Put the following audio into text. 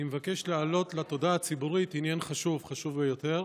אני מבקש להעלות לתודעה הציבורית עניין חשוב ביותר,